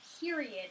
period